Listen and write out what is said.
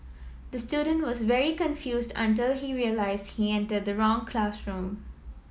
the student was very confused until he realised he entered the wrong classroom